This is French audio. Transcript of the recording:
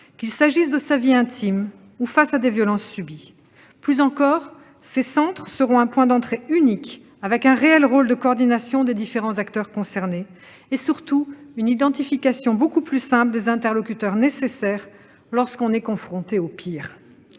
qu'il s'agisse de sa vie intime ou de violences subies. De surcroît, ces centres constitueront un point d'entrée unique, avec un réel rôle de coordination des différents acteurs concernés et, surtout, une identification beaucoup plus simple des interlocuteurs nécessaires lorsque l'on est confronté au pire.